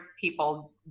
people